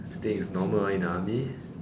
think is normal ah in the army